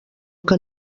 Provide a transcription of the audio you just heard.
que